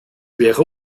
wäre